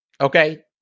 okay